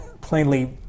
plainly